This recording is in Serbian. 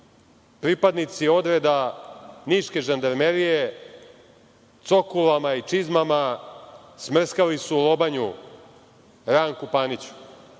pripadnici odreda niške žandarmerije cokulama i čizmama smrskali su lobanju Ranku Paniću.